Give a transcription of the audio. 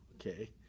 Okay